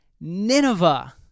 Nineveh